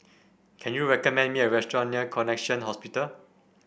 can you recommend me a restaurant near Connexion Hospital